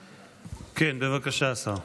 כן, בבקשה השר.